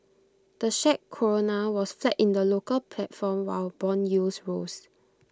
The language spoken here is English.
the Czech Koruna was flat in the local platform while Bond yields rose